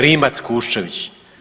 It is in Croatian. Rimac-Kuščević.